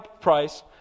price